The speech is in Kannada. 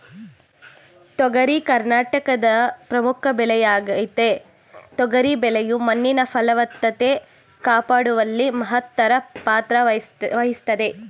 ತೊಗರಿ ಕರ್ನಾಟಕದ ಪ್ರಮುಖ ಬೆಳೆಯಾಗಯ್ತೆ ತೊಗರಿ ಬೆಳೆಯು ಮಣ್ಣಿನ ಫಲವತ್ತತೆ ಕಾಪಾಡುವಲ್ಲಿ ಮಹತ್ತರ ಪಾತ್ರವಹಿಸ್ತದೆ